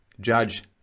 Judge